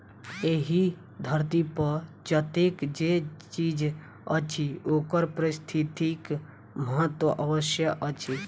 एहि धरती पर जतेक जे चीज अछि ओकर पारिस्थितिक महत्व अवश्य अछि